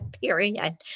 period